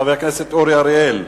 חבר הכנסת אורי אריאל,